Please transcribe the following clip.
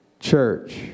Church